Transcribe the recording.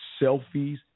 selfies